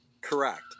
Correct